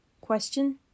Question